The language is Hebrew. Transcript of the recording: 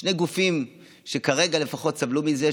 שני מגזרים שכרגע לפחות סבלו מזה,